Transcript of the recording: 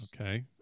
Okay